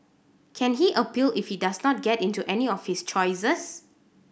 can he appeal if he does not get into any of his choices